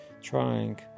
trying